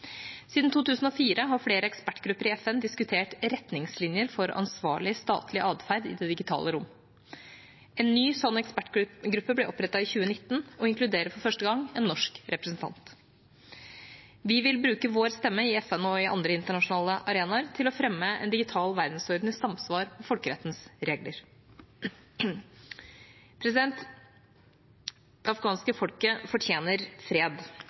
Siden 2004 har flere ekspertgrupper i FN diskutert retningslinjer for ansvarlig statlig adferd i det digitale rom. En ny slik ekspertgruppe ble opprettet i 2019 og inkluderer for første gang en norsk representant. Vi vil bruke vår stemme, i FN og på andre internasjonale arenaer, til å fremme en digital verdensorden i samsvar med folkerettens regler. Det afghanske folket fortjener fred.